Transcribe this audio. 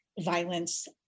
violence